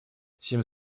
тем